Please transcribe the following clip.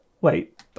wait